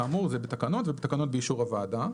כאמור זה בתקנות ובתקנות באישור הוועדה.